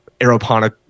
aeroponic